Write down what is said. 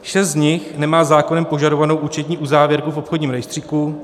Šest z nich nemá zákonem požadovanou účetní uzávěrku v Obchodním rejstříku.